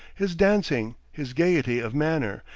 his dancing, his gayety of manner,